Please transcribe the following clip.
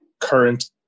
current